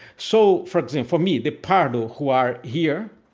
so for example for me, the pardo, who are here.